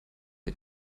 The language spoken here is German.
ihr